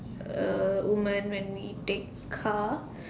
uh woman when we take car